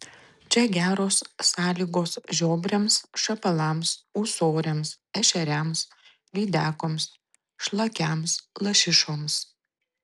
čia geros sąlygos žiobriams šapalams ūsoriams ešeriams lydekoms šlakiams lašišoms